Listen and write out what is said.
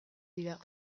dira